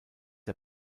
der